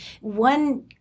One